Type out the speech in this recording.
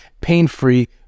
pain-free